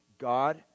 God